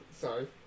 Sorry